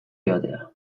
joatea